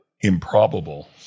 improbable